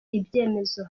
ibyemezo